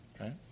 right